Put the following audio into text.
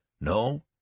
No